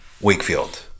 Wakefield